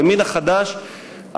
הימין החדש,